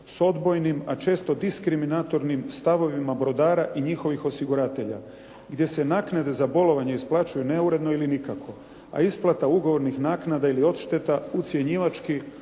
s odbojnim a često diskriminatornim stavovima brodara i njihovih osiguravatelja gdje se naknade za bolovanje isplaćuju neuredno ili nikako a isplata ugovornih naknada ili odšteta ucjenjivački